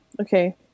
Okay